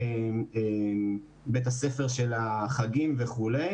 בית הספר של החגים וכולי.